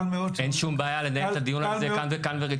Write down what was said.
אין שום בעיה לנהל את הדיון הזה כאן ורציני.